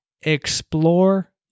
explore